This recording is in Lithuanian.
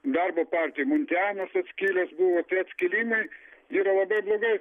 darbo partija muntianas atskilęs buvo tie atskilimai yra labai blogai